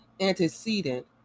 antecedent